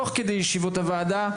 תוך כדי ישיבות הוועדה,